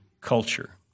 culture